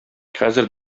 хәзер